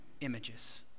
images